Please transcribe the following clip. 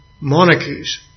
monarchies